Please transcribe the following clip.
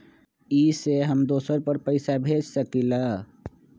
इ सेऐ हम दुसर पर पैसा भेज सकील?